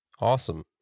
Awesome